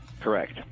Correct